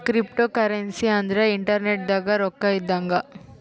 cryptocurrency ಅಂದ್ರ internet ದಾಗ ರೊಕ್ಕ ಇದ್ದಂಗ